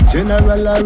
General